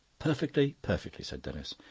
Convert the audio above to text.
perfectly, perfectly, said denis.